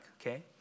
okay